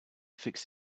fix